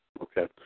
Okay